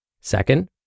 Second